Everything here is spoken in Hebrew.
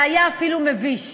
זה היה אפילו מביש.